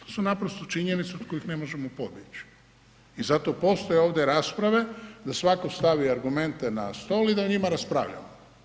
To su naprosto činjenice od kojih ne možemo pobjeći i zato postoje ovdje rasprave da svatko stvari argumente na stol i da o njima raspravljamo.